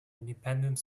independent